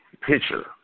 picture